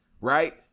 right